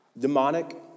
demonic